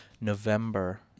November